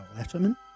Letterman